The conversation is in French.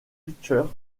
pictures